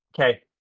Okay